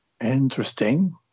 Interesting